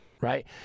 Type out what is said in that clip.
Right